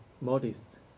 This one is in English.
modest